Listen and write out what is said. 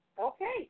Okay